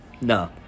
No